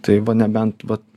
tai va nebent vat